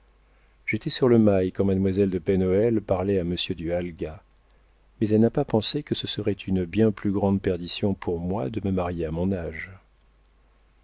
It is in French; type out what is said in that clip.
j'étais sur le mail quand mademoiselle de pen hoël parlait à monsieur du halga mais elle n'a pas pensé que ce serait une bien plus grande perdition pour moi de me marier à mon âge